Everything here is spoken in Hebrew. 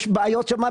יש בעיות שם.